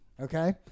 okay